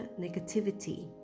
negativity